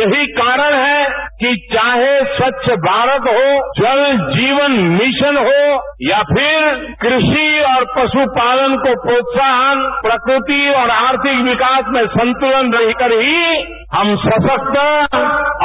यही कारण है कि चाहे स्वच्छ भारत हो जल जीवन मिशन हो या फिर कृषि और पशुपालन को प्रोत्साहन प्रकृति और आर्थिक विकास में संतृलन रहकर ही हम सशक्त